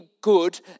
good